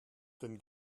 denn